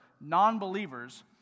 non-believers